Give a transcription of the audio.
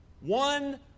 one